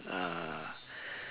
ah